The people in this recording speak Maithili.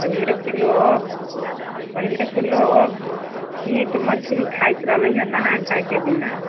पहिनेके लोक पहिनेके लोक मीट मछली खाइत रहलैए नहाय खायके दिना